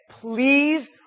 please